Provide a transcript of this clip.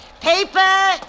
Paper